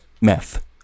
Meth